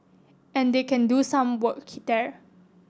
and they can do some work there